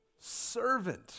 servant